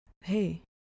hey